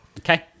Okay